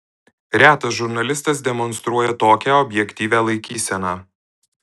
retas žurnalistas demonstruoja tokią objektyvią laikyseną